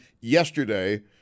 yesterday